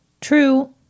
true